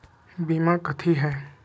बीमा कथी है?